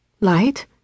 Light